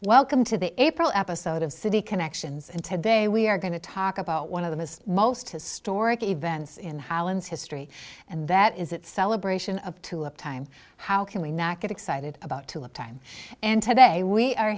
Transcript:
welcome to the april episode of city connections and today we are going to talk about one of the most most historic events in the highlands history and that is that celebration of tulip time how can we not get excited about till the time and today we are